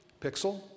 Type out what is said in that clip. pixel